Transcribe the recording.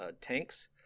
tanks